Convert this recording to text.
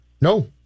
No